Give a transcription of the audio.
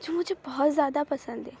जो मुझे बहुत ज़्यादा पसंद है